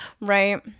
right